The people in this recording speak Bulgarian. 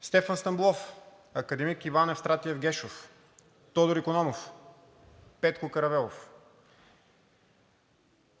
Стефан Стамболов, академик Иван Евстатиев Гешов, Тодор Икономов, Петко Каравелов,